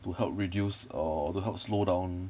to help reduce or to help slow down